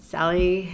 Sally